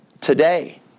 today